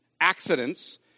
accidents